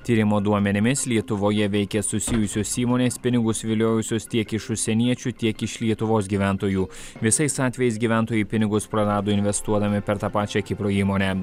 tyrimo duomenimis lietuvoje veikia susijusios įmonės pinigus viliojusios tiek iš užsieniečių tiek iš lietuvos gyventojų visais atvejais gyventojai pinigus prarado investuodami per tą pačią kipro įmonę